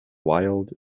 wild